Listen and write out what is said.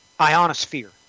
ionosphere